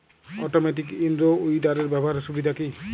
Automatic in row উইডারের ব্যবহারের সুবিধা কি?